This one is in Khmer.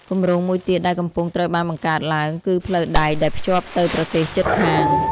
គម្រោងមួយទៀតដែលកំពុងត្រូវបានបង្កើតឡើងគឺផ្លូវដែកដែលភ្ជាប់ទៅប្រទេសជិតខាង។